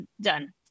done